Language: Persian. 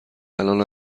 الان